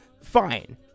Fine